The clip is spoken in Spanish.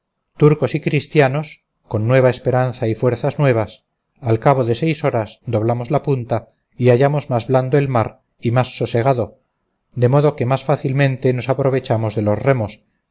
turcos y cristianos con nueva esperanza y fuerzas nuevas al cabo de seis horas doblamos la punta y hallamos más blando el mar y más sosegado de modo que más fácilmente nos aprovechamos de los remos